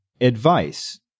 advice